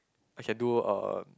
I can do uh